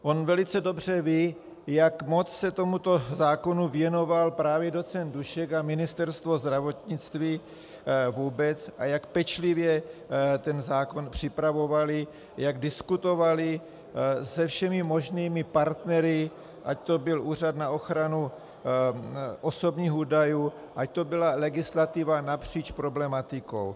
On velice dobře ví, jak moc se tomuto zákonu věnoval právě docent Dušek a Ministerstvo zdravotnictví vůbec a jak pečlivě ten zákon připravovali, jak diskutovali se všemi možnými partnery, ať to byl Úřad na ochranu osobních údajů, ať to byla legislativa napříč problematikou.